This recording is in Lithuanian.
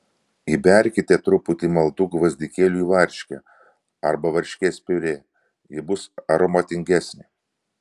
įberkite truputį maltų gvazdikėlių į varškę arba varškės piurė ji bus aromatingesnė